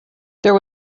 there